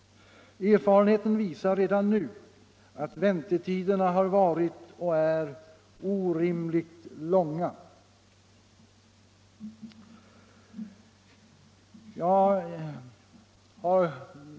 Erfarenheten visar redan nu att väntetiderna har varit och är orimligt långa.